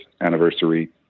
anniversary